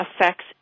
affects